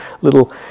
little